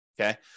Okay